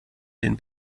den